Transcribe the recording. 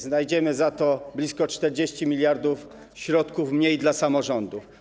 Znajdziemy za to blisko 40 mld środków mniej dla samorządów.